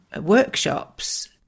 workshops